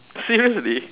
seriously